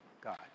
God